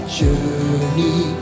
journey